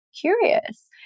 curious